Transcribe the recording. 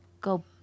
go